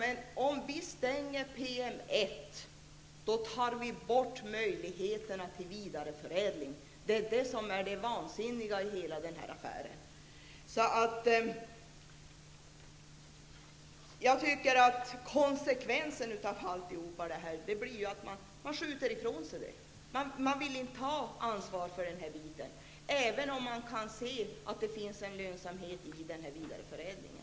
Men om vi stänger PM 1 tar vi bort möjligheterna till vidareförädling -- det är det vansinniga i hela den här affären. Konsekvensen av de här resonemangen blir att man skjuter ifrån sig ansvaret för det här, även om man kan se att det finns lönsamhet i vidareförädlingen.